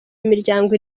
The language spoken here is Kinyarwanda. imiryango